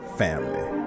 family